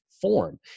form